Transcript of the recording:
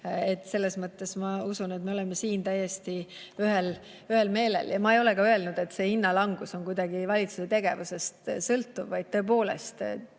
Selles mõttes ma usun, et me oleme siin täiesti ühel meelel. Ma ei ole ka öelnud, et hinnalangus on kuidagi valitsuse tegevusest sõltuv, vaid tõepoolest,